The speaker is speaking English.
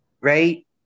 right